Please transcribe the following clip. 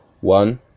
one